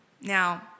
Now